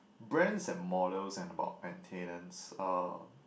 brands and models and about maintenance uh